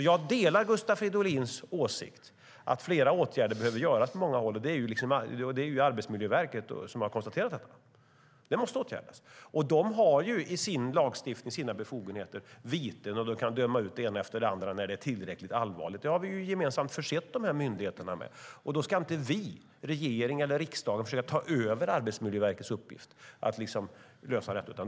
Jag delar Gustav Fridolins åsikt att flera åtgärder behöver vidtas på många håll, och det är också vad Arbetsmiljöverket har konstaterat. De har enligt lagstiftningen befogenheter att utdöma viten och annat när det är tillräckligt allvarligt. Det har vi gemensamt försett myndigheten med. Då ska inte vi, regeringen eller riksdagen, försöka att ta över Arbetsmiljöverkets uppgift att lösa detta.